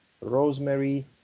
rosemary